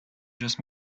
just